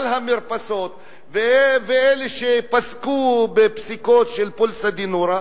המרפסות ואלה שפסקו פסיקות של "פולסא דנורא",